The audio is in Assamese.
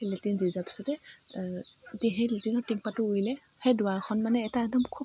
লেটিন দি যোৱাৰ পিছতে এতিয়া সেই লেটিনৰ টিনপাতো উৰিলে সেই দুৱাৰখন মানে এটা একদম খুব